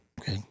Okay